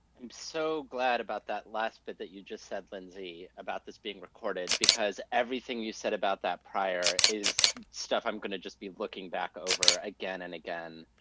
i'm so glad about that last bit that you just said, lindsay, about this being recorded, because everything you said about that prior is stuff i'm gonna just be looking back over again and again.